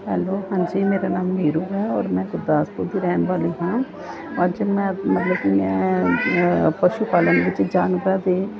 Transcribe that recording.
hello ਹਾਂਜੀ ਮੇਰਾ ਨਾਮ ਨੀਰੂ ਹੈ ਔਰ ਮੈਂ ਗੁਰਦਾਸਪੁਰ ਦੀ ਰਹਿਣ ਵਾਲੀ ਹਾਂ ਅੱਜ ਮੈਂ ਮਤਲਬ ਕਿ ਮੈਂ ਪਸ਼ੂ ਪਾਲਣ ਵਿੱਚ ਜਾਨਵਰਾਂ ਦੇ